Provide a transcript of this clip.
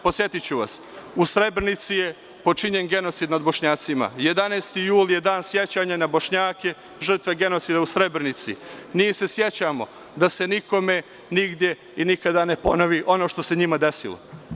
Podsetiću vas, u Srebrenici je počinjen genocid nad Bošnjacima i 11. jul je dan sećanja na Bošnjake, žrtve genocida u Srebrenici i mi se sećamo da se nikome nigde i nikome ne ponovi ono što se njima desilo.